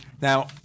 Now